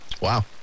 Wow